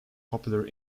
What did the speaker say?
popular